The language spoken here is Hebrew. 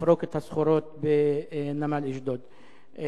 לפרוק את הסחורות בנמל אשדוד.